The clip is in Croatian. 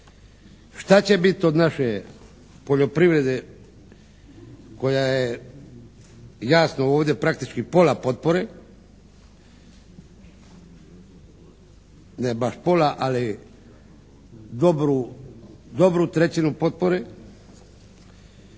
Šta će biti od naše poljoprivrede koja jasno ovdje praktički pola potpore? Ne baš pola ali dobru trećinu potpore.